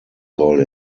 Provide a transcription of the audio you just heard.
soll